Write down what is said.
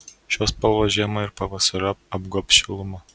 šios spalvos žiemą ir pavasariop apgobs šiluma